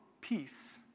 peace